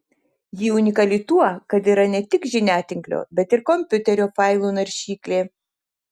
ji unikali tuo kad yra ne tik žiniatinklio bet ir kompiuterio failų naršyklė